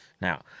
now